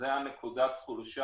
וזו נקודת החולשה.